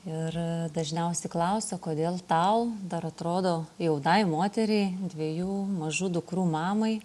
ir dažniausiai klausia kodėl tau dar atrodo jaunai moteriai dviejų mažų dukrų mamai